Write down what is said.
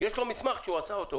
יש לו מסמך שהוא עשה אותו.